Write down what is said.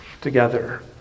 together